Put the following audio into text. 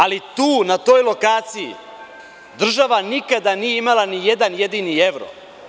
Ali, tu na toj lokaciji država nikada nije imala nijedan jedini evro.